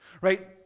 right